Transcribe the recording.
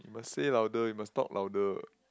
you must say louder you must talk louder